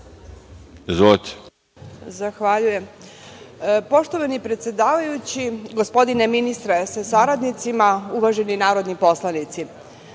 Zahvaljujem. Poštovani predsedavajući, gospodine ministre sa saradnicima, uvaženi narodni poslanici,